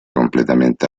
completamente